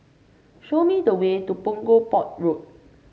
show me the way to Punggol Port Road